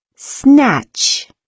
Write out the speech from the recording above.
Snatch